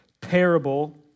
parable